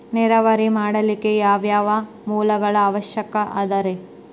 ನೇರಾವರಿ ಮಾಡಲಿಕ್ಕೆ ಯಾವ್ಯಾವ ಮೂಲಗಳ ಅವಶ್ಯಕ ಅದರಿ?